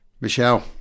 Michelle